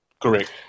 correct